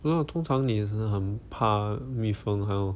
不知道通常你也是很怕蜜蜂还有